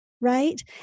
right